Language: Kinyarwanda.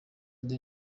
the